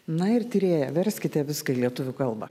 na ir tyrėja verskite viską į lietuvių kalbą